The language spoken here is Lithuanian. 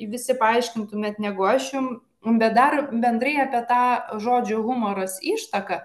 visi paaiškintumėt negu aš jums bet dar bendrai apie tą žodžio humoras ištaką